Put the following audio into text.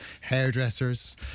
hairdressers